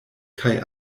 kaj